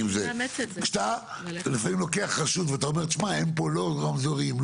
כשאתה לפעמים לוקח רשות ואומר אין פה רמזורים,